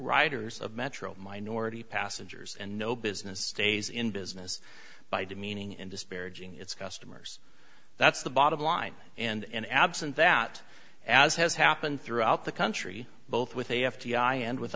riders of metro minority passengers and no business stays in business by demeaning and disparaging its customers that's the bottom line and absent that as has happened throughout the country both with a f b i and with